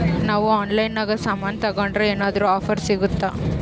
ನಾವು ಆನ್ಲೈನಿನಾಗ ಸಾಮಾನು ತಗಂಡ್ರ ಏನಾದ್ರೂ ಆಫರ್ ಸಿಗುತ್ತಾ?